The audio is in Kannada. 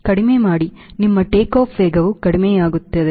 ಕಡಿಮೆ ಮಾಡಿ ನಿಮ್ಮ ಟೇಕಾಫ್ ವೇಗವು ಕಡಿಮೆಯಾಗುತ್ತದೆ